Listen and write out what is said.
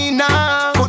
now